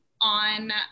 on